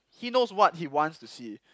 he knows what he wants to see